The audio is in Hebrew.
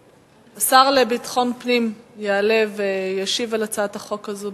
השר לביטחון פנים יעלה וישיב על הצעת החוק הזאת.